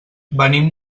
venim